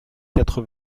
quatre